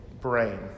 brain